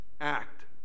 act